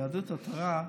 יהדות התורה,